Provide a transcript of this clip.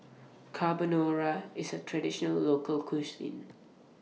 Carbonara IS A Traditional Local Cuisine